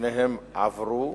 שתיהן עברו.